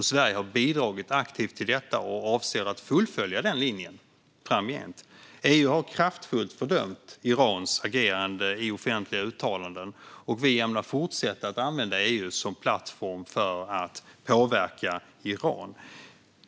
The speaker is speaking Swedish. Sverige har bidragit aktivt till detta och avser att fullfölja den linjen framgent. EU har kraftfullt fördömt Irans agerande i offentliga uttalanden, och vi ämnar fortsätta att använda EU som en plattform för att påverka Iran.